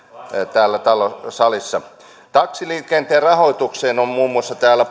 täällä salissa taksiliikenteen rahoitukseen on muun muassa täällä